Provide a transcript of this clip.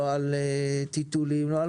לא על טיטולים, לא על כלום.